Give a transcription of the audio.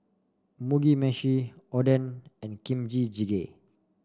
Mugi Meshi Oden and Kimchi Jjigae